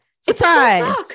Surprise